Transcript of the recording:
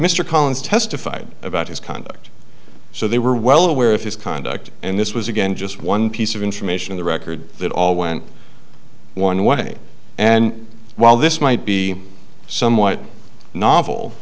collins testified about his conduct so they were well aware of his conduct and this was again just one piece of information in the record that all went one way and while this might be somewhat novel